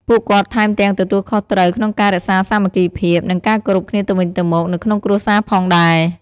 ពួកគាត់ថែមទាំងទទួលខុសត្រូវក្នុងការរក្សាសាមគ្គីភាព និងការគោរពគ្នាទៅវិញទៅមកនៅក្នុងគ្រួសារផងដែរ។